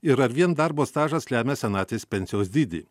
ir ar vien darbo stažas lemia senatvės pensijos dydį